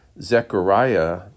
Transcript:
Zechariah